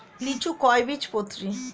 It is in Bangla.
লিচু কয় বীজপত্রী?